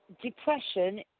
depression